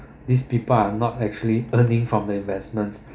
these people are not actually earning from the investments